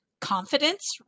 Confidence